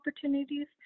opportunities